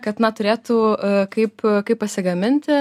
kad na turėtų kaip kaip pasigaminti